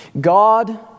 God